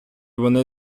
вони